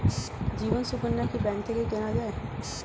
জীবন সুকন্যা কি ব্যাংক থেকে কেনা যায়?